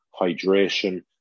hydration